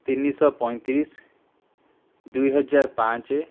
ତିନିଶହ ପଇଁତିରିଶ ଦୁଇ ହଜାର ପାଞ୍ଚ